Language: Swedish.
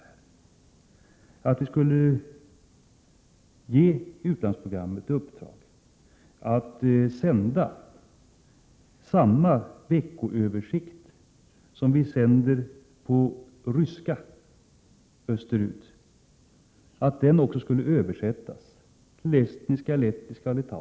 Man skulle ge utlandsprogrammet i uppdrag att översätta samma veckoöversikt som vi sänder österut på ryska även till estniska, lettiska och litauiska språken och sända dem.